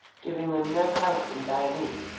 giving them no help in dire need,